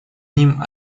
ним